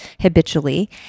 habitually